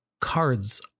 cards